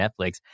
netflix